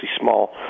small